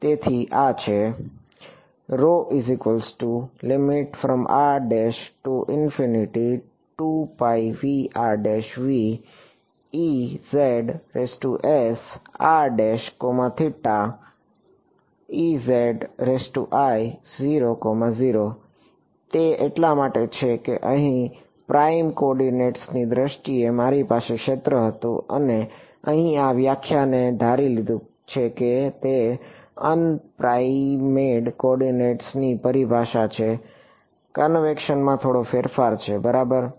તેથી આ છે તે એટલા માટે છે કે અહીં પ્રાઇમ કોઓર્ડિનેટ્સની દ્રષ્ટિએ મારી પાસે ક્ષેત્ર હતું અને અહીં આ વ્યાખ્યાએ ધારી લીધું છે કે તે અનપ્રાઇમેડ કોઓર્ડિનેટ્સની પરિભાષામાં છે કનવેકશનમાં થોડો ફેરફાર બરાબર છે